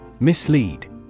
Mislead